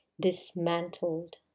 dismantled